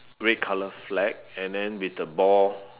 red colour flag and then with the ball